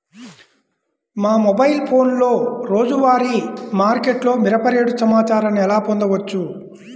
మా మొబైల్ ఫోన్లలో రోజువారీ మార్కెట్లో మిరప రేటు సమాచారాన్ని ఎలా పొందవచ్చు?